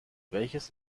welches